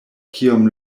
kiom